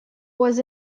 was